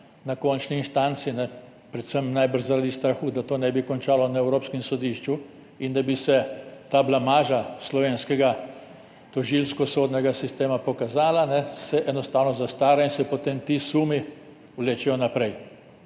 na končni instanci, najbrž predvsem zaradi strahu, da bi to končalo na Evropskem sodišču in da bi se ta blamaža slovenskega tožilsko-sodnega sistema pokazala, enostavno zastara in se potem ti sumi vlečejo naprej.